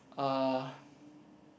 uh